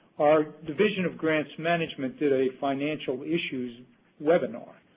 our division of grants management did a financial issues webinar.